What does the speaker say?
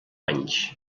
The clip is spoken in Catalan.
anys